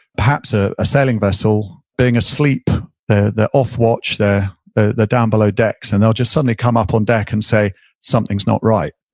perhaps a ah sailing vessel, being asleep they're off watch, they're ah they're down below decks. and they'll just suddenly come up on deck and say something's not right.